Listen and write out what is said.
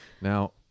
Now